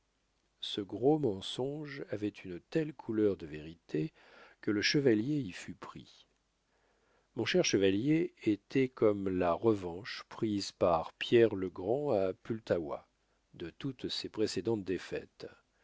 ce gros mensonge avait une telle couleur de vérité que le chevalier y fut pris mon cher chevalier était comme la revanche prise par pierre-le-grand à pultawa de toutes ses précédentes défaites